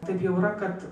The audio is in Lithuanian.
taip jau yra kad